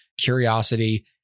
curiosity